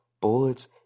bullets